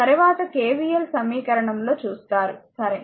తరువాత KVL సమీకరణం లో చూస్తారు సరే